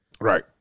Right